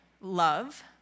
love